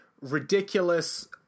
ridiculous